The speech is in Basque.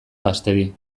gaztedi